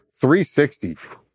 360